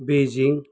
Beijing